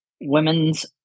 women's